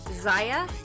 Zaya